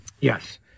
Yes